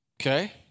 okay